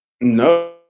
No